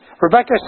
Rebecca